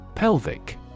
Pelvic